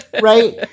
Right